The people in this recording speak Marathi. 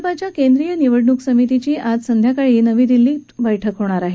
भाजपाच्या केंद्रीय निवडणूक समितीची आज सायंकाळी नवी दिल्लीत बैठक होत आहे